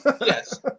Yes